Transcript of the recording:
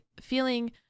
feeling